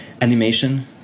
animation